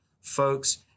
folks